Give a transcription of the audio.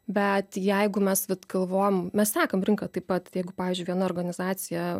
bet jeigu mes galvojam mes sekam rinką taip pat jeigu pavyzdžiui viena organizacija